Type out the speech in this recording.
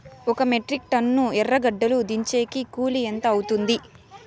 ఒక metric tonne ఎర్రగడ్డలు దించేకి కూలి ఎంత అవుతుంది?